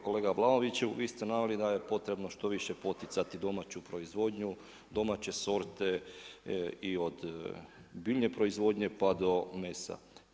Kolega Vlaoviću, vi ste naveli da je potrebno što više poticati domaću proizvodnju, domaće sorte i od biljne proizvodnje pa do mesa.